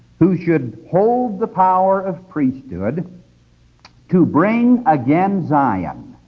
who should hold the power of priesthood to bring again zion,